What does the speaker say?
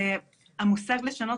המושג לשנות